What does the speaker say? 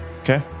Okay